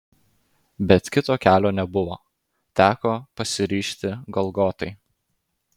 bet kito kelio nebuvo teko pasiryžti golgotai